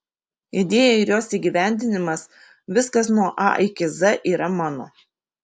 idėja ir jos įgyvendinimas viskas nuo a iki z yra mano